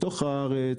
מתוך הארץ,